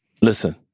listen